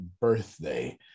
birthday